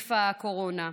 נגיף הקורונה.